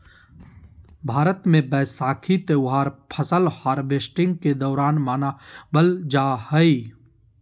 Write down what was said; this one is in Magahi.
भारत मे वैसाखी त्यौहार फसल हार्वेस्टिंग के दौरान मनावल जा हय